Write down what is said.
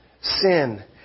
Sin